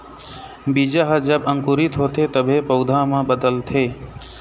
बीजा ह जब अंकुरित होथे तभे पउधा म बदलथे